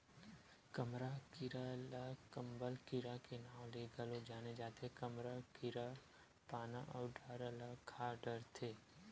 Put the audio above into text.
कमरा कीरा ल कंबल कीरा के नांव ले घलो जाने जाथे, कमरा कीरा पाना अउ डारा ल खा डरथे